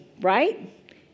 right